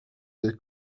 the